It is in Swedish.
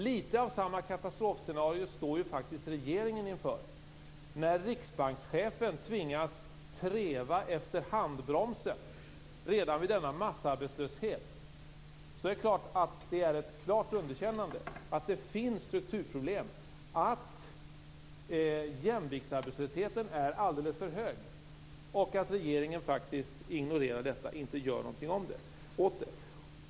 Litet av samma katastrofscenario står faktiskt regeringen inför när riksbankschefen tvingas treva efter handbromsen redan vid denna massarbetslöshet. Det är naturligtvis ett klart underkännande. Det visar att det finns strukturproblem, att jämviktsarbetslösheten är alldeles för hög och att regeringen faktiskt ignorerar detta.